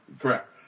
Correct